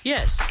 Yes